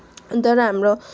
अनि त्यहाँबाट हाम्रो